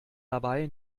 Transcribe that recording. dabei